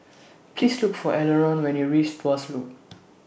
Please Look For Elenore when YOU REACH Tuas Loop